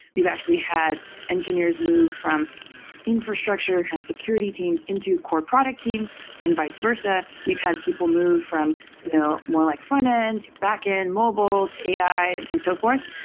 we've actually had engineers move from infrastructure and kind of security teams into core product teams and vice versa. we've had people move from you know more like front-end, backend, mobile to ai and and so forth.